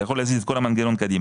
זה יכול להזיז את כל המנגנון קדימה.